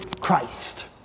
Christ